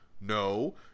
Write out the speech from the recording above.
no